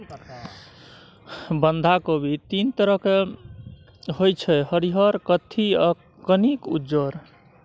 बंधा कोबी तीन तरहक होइ छै हरियर, कत्थी आ कनिक उज्जर